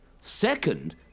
Second